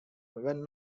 when